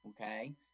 okay